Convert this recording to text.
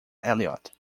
elliot